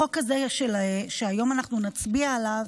החוק הזה שהיום נצביע עליו